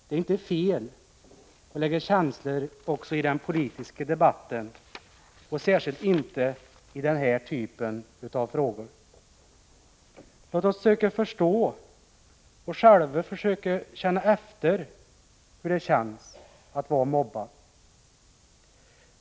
Det är inte fel att lägga känslor också i den politiska debatten, och särskilt inte i den här typen av frågor. Låt oss söka förstå och själva försöka känna efter hur det känns att vara mobbad.